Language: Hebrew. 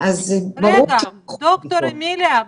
אז ברור שפחות --- ד"ר אמיליה,